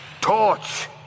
Torch